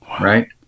right